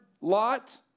Lot